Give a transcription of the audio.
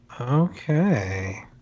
Okay